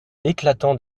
éclatant